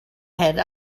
had